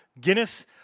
Guinness